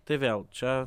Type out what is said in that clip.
tai vėl čia